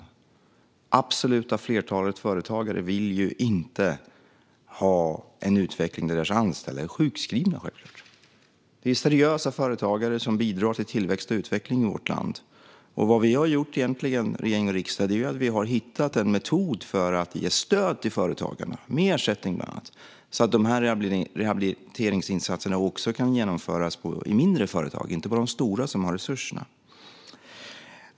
Det absoluta flertalet företagare vill självklart inte ha en utveckling där deras anställda är sjukskrivna. Det är seriösa företagare som bidrar till tillväxt och utveckling i vårt land. Vad regering och riksdag har gjort är att vi har hittat en metod för att ge stöd till företagarna med bland annat ersättning så att rehabiliteringsinsatserna också kan genomföras i mindre företag och inte bara i de stora som har resurserna.